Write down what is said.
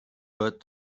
but